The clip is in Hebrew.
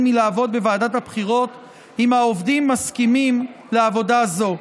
לעבוד בוועדת הבחירות אם העובדים מסכימים לעבודה זו.